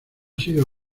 sido